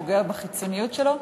זה פוגע בחיצוניות שלו,